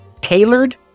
tailored